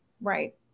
right